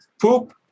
poop